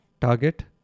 target